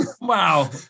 Wow